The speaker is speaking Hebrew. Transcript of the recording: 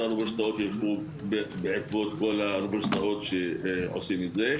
האוניברסיטאות ילכו בעקבות האוניברסיטאות שעושות את זה.